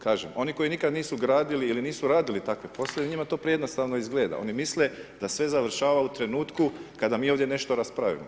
Kažem, oni koji nikada nisu gradili ili nisu radili takve poslove, njima to prejednostavno izgleda, oni misle da sve završava u trenutku kada mi ovdje nešto raspravimo.